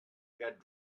get